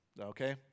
okay